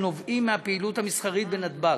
שנובעים מהפעילות המסחרית בנתב"ג.